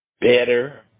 better